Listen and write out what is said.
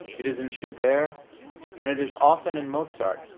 it is in schubert and it is often in mozart,